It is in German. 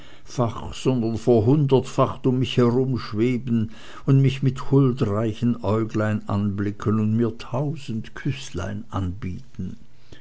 sondern verhundertfacht um mich herumschweben und mich mit huldreichen äuglein anblicken und mir tausend küßlein anbieten